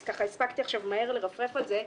אז ככה הספקתי עכשיו מהר לרפרף על זה.